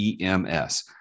EMS